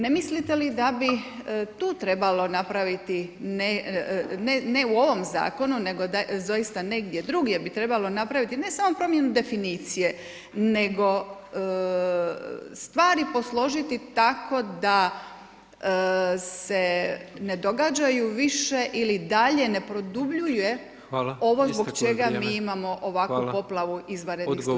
Ne mislite li da bi tu trebalo napraviti ne u ovom zakonu nego doista negdje drugdje bi trebalo napraviti ne samo promjenu definicije nego stvari posložiti tako da se ne događaju više ili dalje ne produbljuje ovo zbog čega mi imamo ovakvu poplavu izvanrednih studenata.